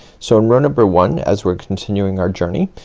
so in row number one, as we're continuing our journey,